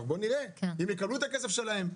בואו נראה אם יקבלו את הכסף שלהם.